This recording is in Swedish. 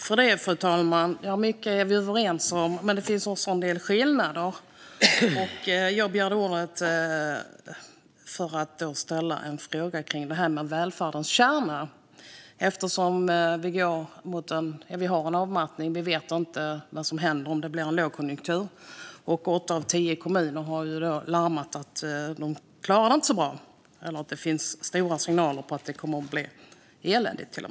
Fru talman! Mycket är vi överens om, men det finns också en del skillnader. Jag begärde ordet för att ställa en fråga om välfärdens kärna. Vi har en avmattning. Vi vet inte vad som händer om det blir en lågkonjunktur. Det är åtta av tio kommuner som har larmat om att de inte klarar det så bra. Det finns starka signaler om att det till och med kommer att bli eländigt.